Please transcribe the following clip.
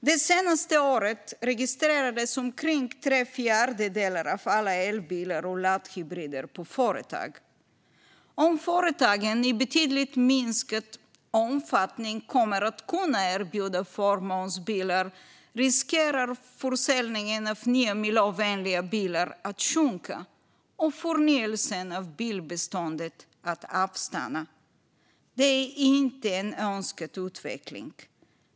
Det senaste året registrerades omkring tre fjärdedelar av alla elbilar och laddhybrider på företag. Om företagen i betydligt minskad omfattning kommer att kunna erbjuda förmånsbilar riskerar försäljningen av nya miljövänliga bilar att sjunka och förnyelsen av bilbeståndet att avstanna. Det är inte en önskad utveckling.